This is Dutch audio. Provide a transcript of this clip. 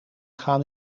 gaan